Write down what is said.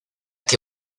que